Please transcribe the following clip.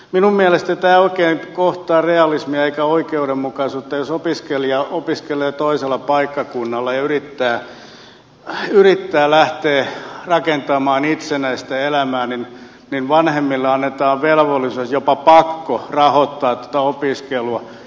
minun mielestäni tämä ei oikein kohtaa realismia eikä oikeudenmukaisuutta että jos opiskelija opiskelee toisella paikkakunnalla ja yrittää lähteä rakentamaan itsenäistä elämää niin vanhemmille annetaan velvollisuus jopa pakko rahoittaa tuota opiskelua